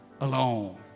alone